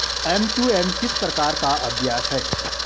M to M किस प्रकार का अभ्यास है?